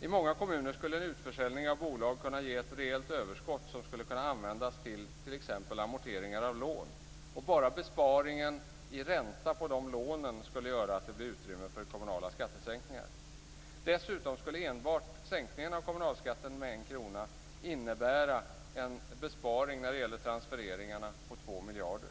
I många kommuner skulle en utförsäljning av bolag kunna ge ett rejält överskott som skulle kunna användas till t.ex. amorteringar av lån. Bara besparingen i ränta på de lånen skulle göra att det blev utrymme för kommunala skattesänkningar. Dessutom skulle enbart sänkningen av kommunalskatten med en krona innebära en besparing i transfereringarna på två miljarder.